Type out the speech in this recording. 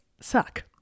suck